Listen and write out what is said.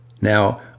Now